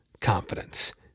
confidence